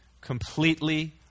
Completely